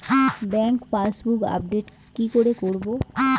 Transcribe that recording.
Bank passbook update কি করে করবো?